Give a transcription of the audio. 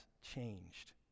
changed